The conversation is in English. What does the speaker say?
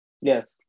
Yes